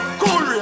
cool